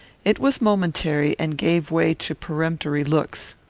it was momentary, and gave way to peremptory looks.